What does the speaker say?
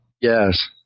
Yes